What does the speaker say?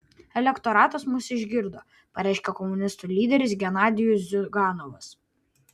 elektoratas mus išgirdo pareiškė komunistų lyderis genadijus ziuganovas